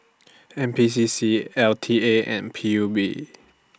N P C C L T A and P U B